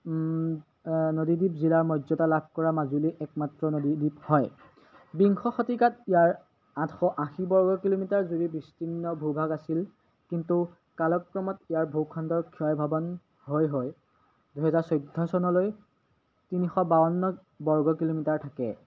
নদীদ্বীপ জিলাৰ মৰ্য্য়দা লাভ কৰা মাজুলী একমাত্ৰ নদীদ্বীপ হয় বিংশ শতিকাত ইয়াৰ আঠশ আশী বৰ্গ কিলোমিটাৰ জুৰি বিস্তীৰ্ণ ভূভাগ আছিল কিন্তু কালক্ৰমত ইয়াৰ ভূখণ্ডৰ ক্ষয়ভৱন হৈ দুহেজাৰ চৈধ্য চনলৈ তিনিশ বাৱন্ন বৰ্গ কিলোমিটাৰ থাকে